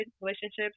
relationships